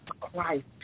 Christ